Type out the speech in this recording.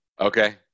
Okay